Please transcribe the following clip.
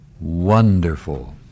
Wonderful